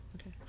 Okay